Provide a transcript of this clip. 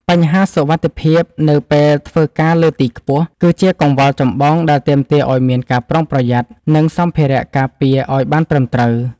បញ្ហាសុវត្ថិភាពនៅពេលធ្វើការលើទីខ្ពស់ គឺជាកង្វល់ចម្បងដែលទាមទារឱ្យមានការប្រុងប្រយ័ត្ន និងសម្ភារៈការពារឱ្យបានត្រឹមត្រូវ។